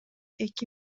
эки